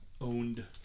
Owned